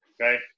Okay